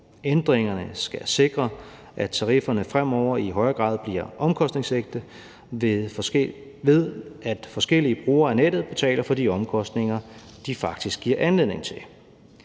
Ændringerne skal sikre, af tarifferne fremover i højere grad bliver omkostningsægte ved, at forskellige brugere af nettet betaler for de omkostninger, de faktisk giver anledning til.